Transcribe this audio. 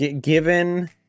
given